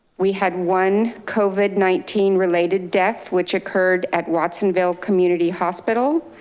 we had one covid nineteen related deaths which occurred at watsonville community hospital.